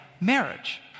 marriage